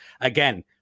Again